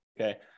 okay